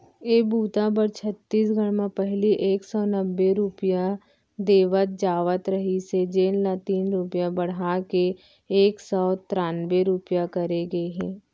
ए बूता बर छत्तीसगढ़ म पहिली एक सव नब्बे रूपिया दे जावत रहिस हे जेन ल तीन रूपिया बड़हा के एक सव त्रान्बे रूपिया करे गे हे